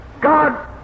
God